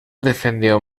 defendió